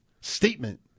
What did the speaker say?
statement